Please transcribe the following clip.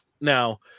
Now